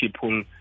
people